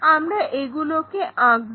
আমরা এগুলোকে আঁকবো